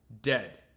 dead